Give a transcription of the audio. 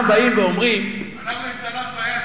סלאם פיאד,